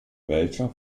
welcher